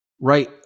right